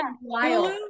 wild